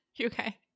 Okay